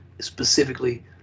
specifically